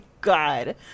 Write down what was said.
God